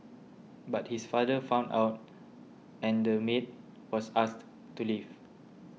but his father found out and the maid was asked to leave